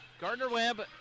Gardner-Webb